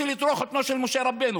הינה מכתב התפטרות שלך בעברית.